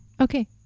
Okay